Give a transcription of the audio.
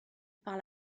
par